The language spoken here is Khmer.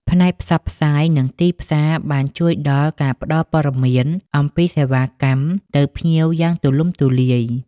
ផ្នែកផ្សព្វផ្សាយនិងទីផ្សារបានជួយដល់ការផ្ដល់ព័ត៌មានអំពីសេវាកម្មទៅភ្ញៀវយ៉ាងទូលំទូលាយ។